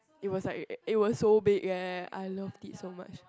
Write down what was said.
it was like it was so big eh I loved it so much